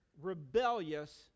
rebellious